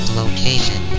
location